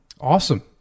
Awesome